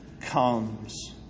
comes